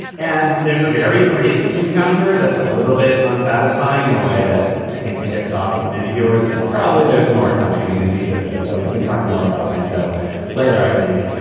and there's a very brief encounter that's a little bit unsatisfying in a way that i think tips off many viewers that probably there's more coming and indeed there is. so we can talk more about landow later, i think.